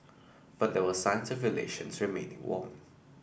but there were signs of relations remaining warm